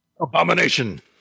Abomination